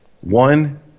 one